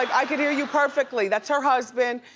i can hear you perfectly. that's her husband.